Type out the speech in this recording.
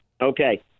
Okay